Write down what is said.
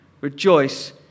Rejoice